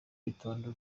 itonde